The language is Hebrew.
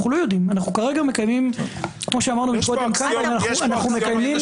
כרגע אנו מקיימים- -- יש פה אקסיומות.